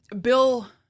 Bill